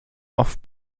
off